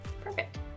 Perfect